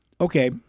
Okay